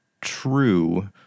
true